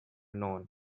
known